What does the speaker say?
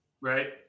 right